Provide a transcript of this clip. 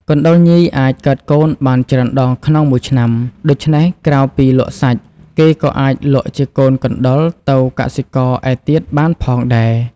កណ្តុរញីអាចកើតកូនបានច្រើនដងក្នុងមួយឆ្នាំ ដូច្នេះក្រៅពីលក់សាច់ គេក៏អាចលក់ជាកូនកណ្តុរទៅកសិករឯទៀតបានផងដែរ។